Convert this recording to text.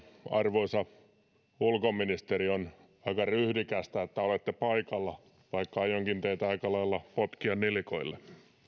arvoisa ulkoministeri on aika ryhdikästä että olette paikalla vaikka aionkin teitä aika lailla potkia nilkoille